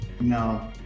No